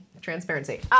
transparency